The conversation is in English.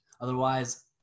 Otherwise